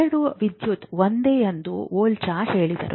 ಎರಡೂ ವಿದ್ಯುತ್ ಒಂದೇ ಎಂದು ವೋಲ್ಟಾ ಹೇಳಿದರು